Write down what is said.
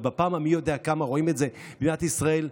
ובפעם המי יודע כמה רואים את זה במדינת ישראל,